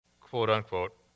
quote-unquote